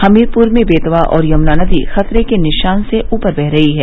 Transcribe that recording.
हमीरपुर में बेतवा और यमुना नदी खतरे के निशान से ऊपर बह रही है